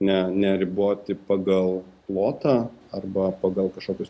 ne neriboti pagal plotą arba pagal kažkokius